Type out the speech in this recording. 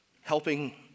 helping